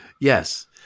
Yes